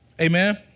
Amen